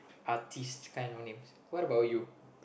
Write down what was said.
artiste kind of names what about you